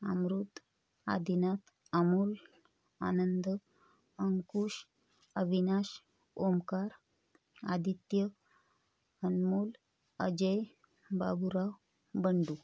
Amrut Adinath Amol Anand Ankush Avinash Omkar Aditya Anmol Ajay Baburao Bandu